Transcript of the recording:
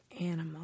animal